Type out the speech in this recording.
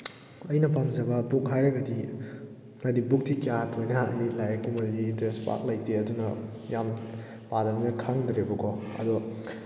ꯑꯩꯅ ꯄꯥꯝꯖꯕ ꯕꯨꯛ ꯍꯥꯏꯔꯒꯗꯤ ꯍꯥꯏꯗꯤ ꯕꯨꯛꯇꯤ ꯀꯌꯥ ꯊꯣꯏꯅ ꯍꯥꯏꯗꯤ ꯂꯥꯏꯔꯤꯛꯀꯨꯝꯕꯗꯤ ꯏꯟꯇꯔꯦꯁ ꯄꯥꯛ ꯂꯩꯇꯦ ꯑꯗꯨꯅ ꯌꯥꯝ ꯄꯥꯗꯕꯅꯤꯅ ꯈꯪꯗ꯭ꯔꯦꯕꯀꯣ ꯑꯗꯣ